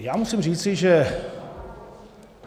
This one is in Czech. Já musím říci, že